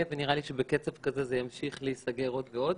נראה לי שבקצב כזה ימשיכו להיסגר עוד ועוד.